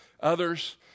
others